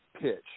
pitch